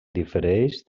difereix